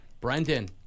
Brendan